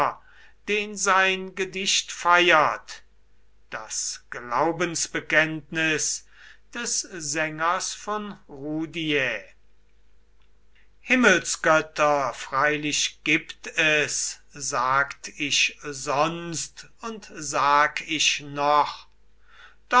den sein gedicht feiert das glaubensbekenntnis des sängers von rudiae himmelsgötter freilich gibt es sagt ich sonst und sag ich noch